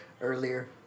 earlier